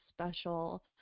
special